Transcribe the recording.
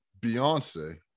Beyonce